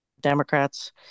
Democrats